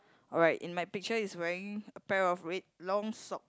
alright in my picture is wearing a pair of red long sock